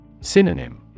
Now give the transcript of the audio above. Synonym